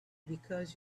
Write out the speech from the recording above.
because